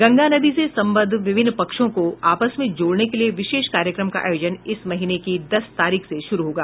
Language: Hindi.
गंगा नदी से सम्बद्ध विभिन्न पक्षों को आपस में जोड़ने के लिए विशेष कार्यक्रम का आयोजन इस महीने की दस तारीख से शुरू होगा